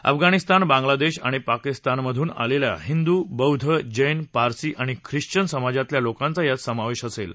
अफगाणिस्तान बांगलादेश आणि पाकिस्तानमधून आलेल्या हिंदू बौद्ध जेन पारसी आणि ख्रिश्वन समाजातल्या लोकांचा समावेश असेल